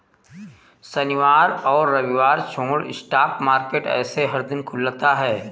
शनिवार और रविवार छोड़ स्टॉक मार्केट ऐसे हर दिन खुलता है